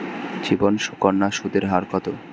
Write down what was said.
জীবন সুকন্যা সুদের হার কত?